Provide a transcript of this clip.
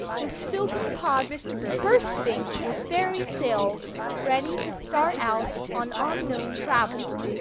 with silken pods bursting with fairy sails ready to start out on unknown travels.